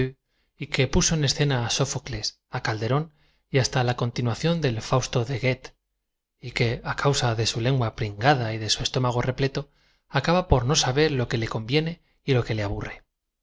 y que puso en escena á sótóeles á calderón y hasta la continuación del fausto de goethe y que causa de su lengua pringada y de su estómago repleto acaba por no saber lo que le conviene y lo que le aburre